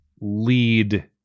lead